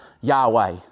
Yahweh